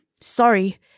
sorry